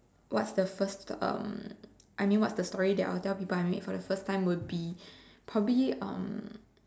what's the first um I mean what's the story that I will tell people that I meet for the first time would be probably um